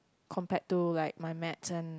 compared to like my maths and